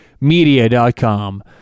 media.com